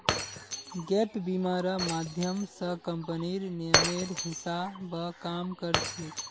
gap बीमा र माध्यम स कम्पनीर नियमेर हिसा ब काम कर छेक